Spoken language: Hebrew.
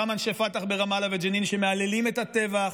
אותם אנשי פתח ברמאללה וג'נין שמהללים את הטבח.